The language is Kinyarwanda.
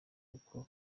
kuko